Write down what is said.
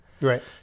Right